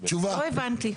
לפחות חלקה.